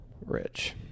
rich